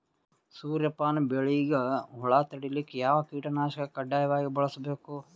ಸೂರ್ಯಪಾನ ಬೆಳಿಗ ಹುಳ ತಡಿಲಿಕ ಯಾವ ಕೀಟನಾಶಕ ಕಡ್ಡಾಯವಾಗಿ ಬಳಸಬೇಕು?